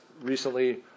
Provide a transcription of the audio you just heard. recently